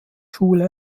schule